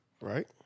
right